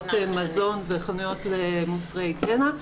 חנויות מזון וחנויות למוצרי היגיינה,